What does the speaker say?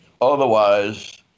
Otherwise